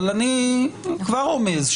אבל אני כבר רומז,